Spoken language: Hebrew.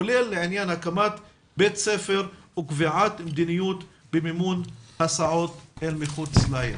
כולל לעניין הקמת בית ספר וקביעת מדיניות במימון הסעות אל מחוץ לעיר".